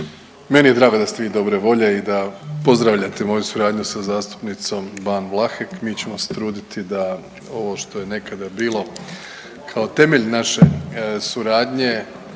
Meni je drago da ste vi dobre volje i da pozdravljate moju suradnju sa zastupnicom Ban Vlahek. Mi ćemo se truditi da ovo što je nekada bilo kao temelj naše suradnje